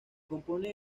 componen